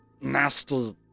nasty